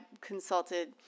consulted